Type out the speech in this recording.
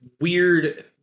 weird